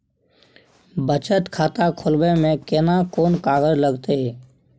बचत खाता खोलबै में केना कोन कागज लागतै?